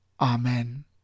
Amen